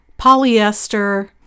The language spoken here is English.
polyester